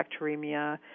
bacteremia